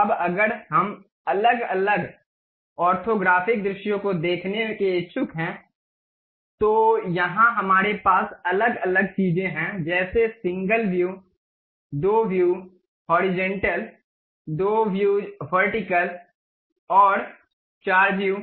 अब अगर हम अलग अलग ऑर्थोग्राफ़िक दृश्यों को देखने के इच्छुक हैं तो यहाँ हमारे पास अलग अलग चीज़ें हैं जैसे सिंगल व्यू दो व्यूज़ हॉरिज़ॉन्टल दो व्यूज़ वर्टिकल और चार व्यू